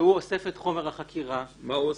הוא אוסף את חומר החקירה -- מה הוא עושה?